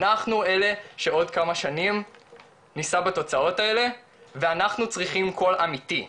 אנחנו אלה שעוד כמה שנים נישא בתוצאות האלה ואנחנו צריכים קול אמיתי.